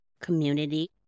Community